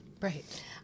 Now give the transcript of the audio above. Right